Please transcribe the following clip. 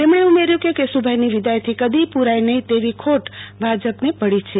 તેમણે ઉમેર્યું કે કેશુભાઈ ની વિદાય થી કદી પુરાય નહ્રીં તેવી ખોટ ભાજપ ને પડી છે